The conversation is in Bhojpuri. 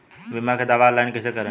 बीमा के दावा ऑनलाइन कैसे करेम?